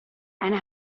and